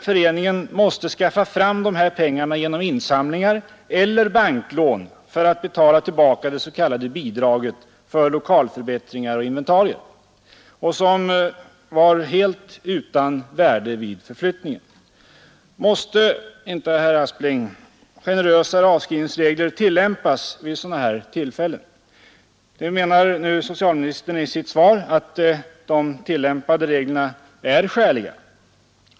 Föreningen måste således nu skaffa fram dessa pengar antingen genom insamlingar eller genom banklån, för att kunna betala tillbaka det s.k. bidrag man fått för lokalförbättringar och för inventarier som vid flyttningen var utan värde. Jag tycker att mera generösa avskrivningsregler bör tillämpas vid sådana här tillfällen. Socialministern säger i sitt svar att de tillämpade reglerna är skäliga.